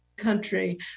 country